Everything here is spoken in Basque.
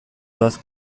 doaz